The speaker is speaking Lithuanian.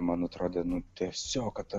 man atrodė tiesiog kad